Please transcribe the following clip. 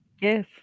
Yes